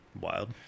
Wild